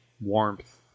warmth